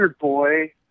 boy